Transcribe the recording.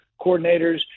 coordinators